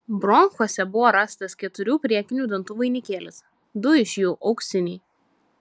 bronchuose buvo rastas keturių priekinių dantų vainikėlis du iš jų auksiniai